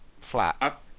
flat